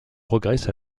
progresse